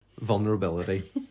vulnerability